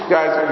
Guys